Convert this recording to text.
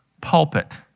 pulpit